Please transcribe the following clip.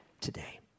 today